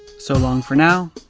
so long for now,